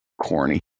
corny